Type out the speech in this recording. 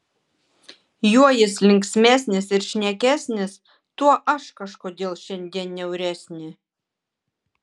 juo jis linksmesnis ir šnekesnis tuo aš kažkodėl šiandien niauresnė